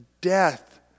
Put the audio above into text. death